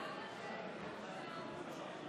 היושב-ראש,